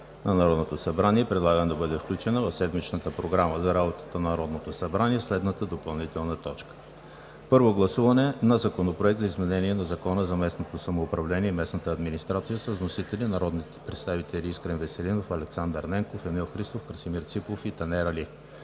на Народното събрание предлагам да бъде включена в седмичната Програма за работата на Народното събрание следната допълнителна точка – Първо гласуване на Законопроекта за изменение на Закона за местното самоуправление и местната администрация, с вносители народните представители Искрен Веселинов, Александър Ненков, Емил Христов, Красимир Ципов и Танер Али.